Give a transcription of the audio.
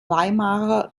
weimarer